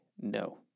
No